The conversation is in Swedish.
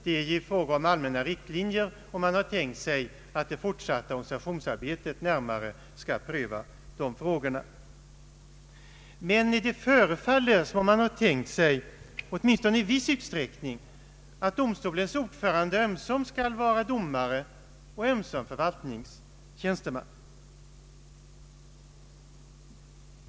Det är fråga om allmän na riktlinjer, och avsikten är att det fortsatta organisationsarbetet närmare skall pröva de frågorna. Det förefaller dock som om man tänkt sig, åtminstone i viss utsträckning, att domstolens ordförande ömsom skall vara domare, ömsom förvaltningstjänsteman.